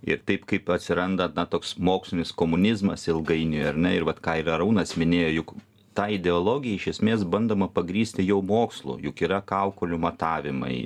ir taip kaip atsiranda toks na mokslinis komunizmas ilgainiui ar ne ir vat ką ir arūnas minėjo juk tą ideologiją iš esmės bandoma pagrįsti jau mokslu juk yra kaukolių matavimai